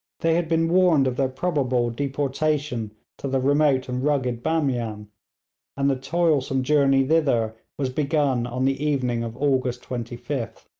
they had been warned of their probable deportation to the remote and rugged bamian and the toilsome journey thither was begun on the evening of august twenty fifth.